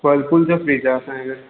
Whirlpool जो fridge आहे असांजे घर